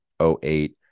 08